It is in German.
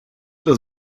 das